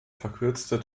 verkürzte